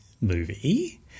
movie